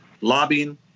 lobbying